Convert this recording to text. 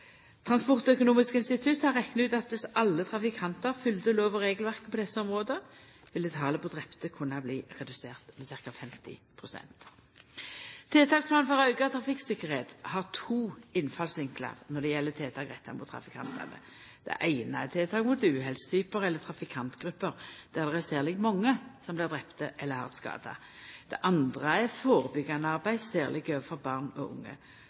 Transportøkonomisk institutt har rekna ut at dersom alle trafikantar følgde lov- og regelverket på desse områda, ville talet på drepne kunna bli redusert med ca. 50 pst. Tiltaksplanen for auka trafikktryggleik har to innfallsvinklar når det gjeld tiltak retta mot trafikantane. Det eine er tiltak mot uhellstypar eller trafikantgrupper der det er særleg mange som blir drepne eller hardt skadde. Det andre er førebyggjande arbeid, særleg overfor barn og unge.